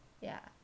ya